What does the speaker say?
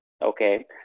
Okay